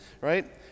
right